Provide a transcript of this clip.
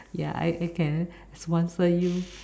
ya I I can sponsor you